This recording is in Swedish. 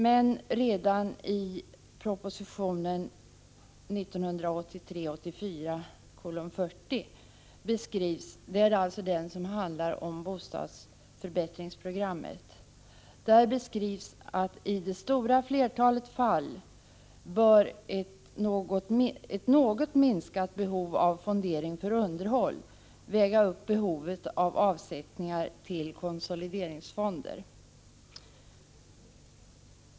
Men redan i proposition 1983/84:40, den som handlar om bostadsförbättringsprogrammet, sägs att i det stora flertalet fall bör ett något minskat behov av fondering för underhåll väga upp behovet av avsättningar till konsolideringsfonder.